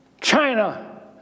China